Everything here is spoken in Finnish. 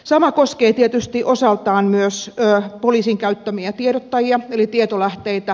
sama koskee tietysti osaltaan myös poliisin käyttämiä tiedottajia eli tietolähteitä